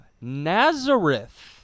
Nazareth